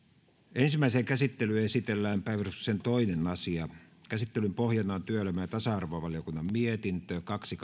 ensimmäiseen käsittelyyn esitellään päiväjärjestyksen toinen asia käsittelyn pohjana on työelämä ja tasa arvovaliokunnan mietintö kaksi